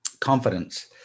confidence